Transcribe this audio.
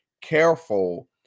careful